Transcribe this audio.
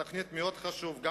התוכנית מאוד חשובה,